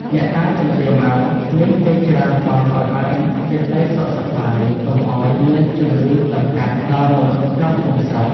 អ្នកតាជំទាវ ម៉ៅ នេះគេច្រើនបន់ឲ្យបានសេចក្ដីសុខសប្បាយ កុំឲ្យមានជំងឺតម្កាត់ ដល់មនុស្សក្នុងភូមិស្រុក ។